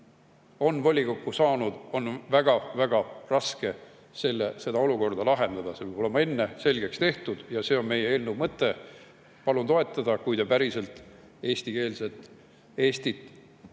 on volikokku saanud, siis on pärast väga-väga raske seda olukorda lahendada. See peab olema enne selgeks tehtud ja see on meie eelnõu mõte. Palun seda toetada, kui te päriselt eestikeelset Eestit